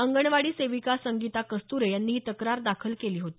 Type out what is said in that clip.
अंगणवाडी सेविका संगीता कस्तुरे यांनी ही तक्रार दाखल केली होती